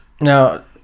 Now